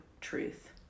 truth